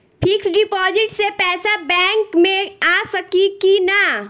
Fix deposit से पैसा back मे आ सकी कि ना?